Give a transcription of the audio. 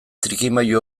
trikimailu